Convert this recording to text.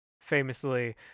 famously